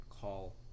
call